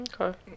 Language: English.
Okay